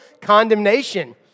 condemnation